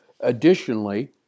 Additionally